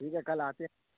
ٹھیک ہے کل آتے ہیں